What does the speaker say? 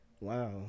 Wow